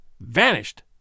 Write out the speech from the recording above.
vanished